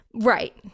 Right